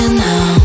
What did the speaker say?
now